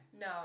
No